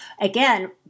again